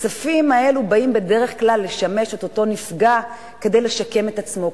הכספים האלה באים בדרך כלל לשמש את אותו נפגע כדי לשקם את עצמו,